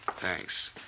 Thanks